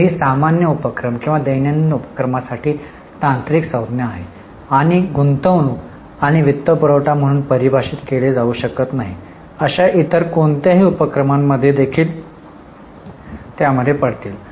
तर ही सामान्य उपक्रम किंवा दैनंदिन उपक्रम साठी तांत्रिक संज्ञा आहे आणि गुंतवणूक आणि वित्तपुरवठा म्हणून परिभाषित केले जाऊ शकत नाही अशा इतर कोणत्याही उपक्रमांमध्ये देखील त्यामध्ये पडतील